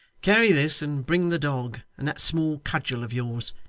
carry this, and bring the dog, and that small cudgel of yours.